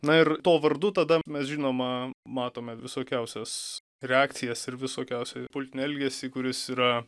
na ir to vardu tada mes žinoma matome visokiausias reakcijas ir visokiausią politinį elgesį kuris yra